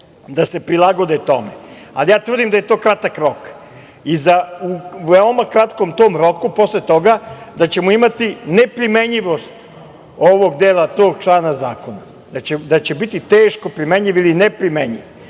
da se prilagode tome, ali ja tvrdim da je to kratak rok i u veoma kratkom tom roku posle toga da ćemo imati neprimenjivost ovog dela tog člana zakona, da će biti teško primenjiv ili neprimenjiv